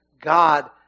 God